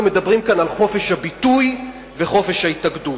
אנחנו מדברים כאן על חופש הביטוי וחופש ההתאגדות.